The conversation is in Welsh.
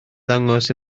ddangos